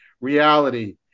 reality